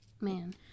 Man